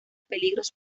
peligros